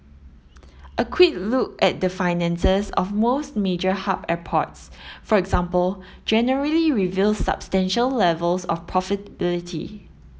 a quick look at the finances of most major hub airports for example generally reveals substantial levels of profitability